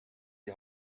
die